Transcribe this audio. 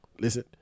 listen